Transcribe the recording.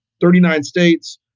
thirty nine states,